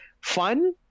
fun